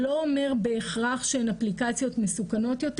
זה לא אומר בהכרח שהן אפליקציות מסוכנות יותר,